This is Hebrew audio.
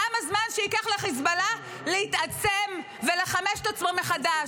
כמה זמן ייקח לחיזבאללה להתעצם ולחמש את עצמו מחדש,